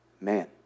Man